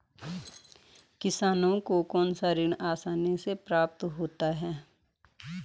किसानों को कौनसा ऋण आसानी से प्राप्त हो सकता है?